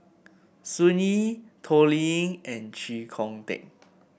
Sun Yee Toh Liying and Chee Kong Tet